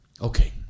Okay